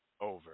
over